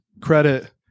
credit